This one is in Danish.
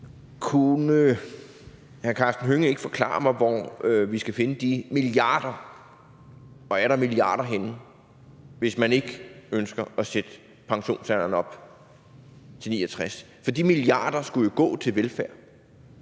Kunne hr. Karsten Hønge ikke forklare mig, hvor vi skal finde de milliarder og atter milliarder henne, hvis man ikke ønsker at sætte pensionsalderen op til 69 år? For de milliarder skulle jo gå til velfærd,